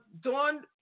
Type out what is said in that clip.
Dawn